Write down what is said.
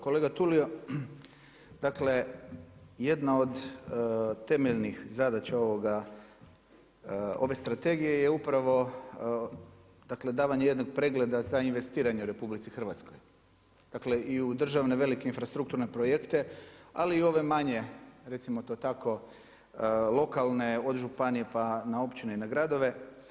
Kolega Tulio dakle jedna od temeljnih zadaća ove strategije je upravo davanje jednog pregleda za investiranje u RH, dakle i u državne velike infrastrukturne projekte, ali i ove manje recimo to tako lokalne od županije pa na općine i gradove.